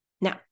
Now